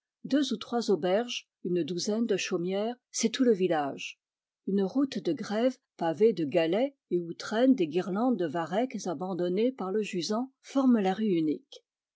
deux ou trois auberges une douzaine de chaumières c'est tout le village une route de grève pavée de galets et où traînent des guirlandes de varechs abandonnés par le jusant forme la rue unique